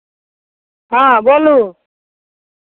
हँ बोलू